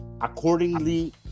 accordingly